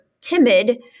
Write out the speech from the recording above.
timid